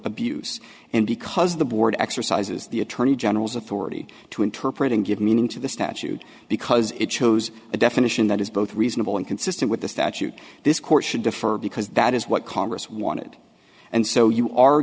abuse and because the board exercises the attorney general's authority to interpret and give meaning to the statute because it chose a definition that is both reasonable and consistent with the statute this court should defer because that is what congress wanted and so you are